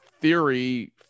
theory